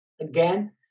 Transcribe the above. Again